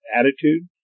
attitude